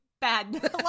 bad